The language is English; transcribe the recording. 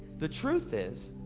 the truth is,